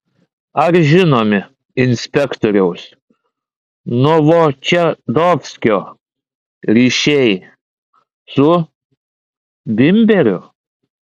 ar žinomi inspektoriaus novočadovskio ryšiai su bimberiu